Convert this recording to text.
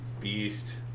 Beast